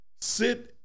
Sit